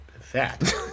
fat